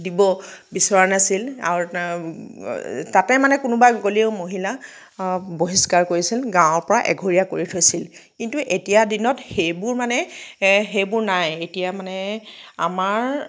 দিব বিচৰা নাছিল আৰু তাতে মানে কোনোবা গ'লেও মহিলা বহিষ্কাৰ কৰিছিল গাঁৱৰ পৰা এঘৰীয়া কৰি থৈছিল কিন্তু এতিয়াৰ দিনত সেইবোৰ মানে সেইবোৰ নাই এতিয়া মানে আমাৰ